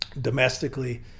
Domestically